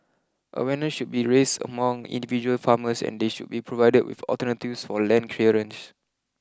awareness should be raised among individual farmers and they should be provided with alternatives for land clearance